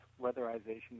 weatherization